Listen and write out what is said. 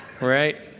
right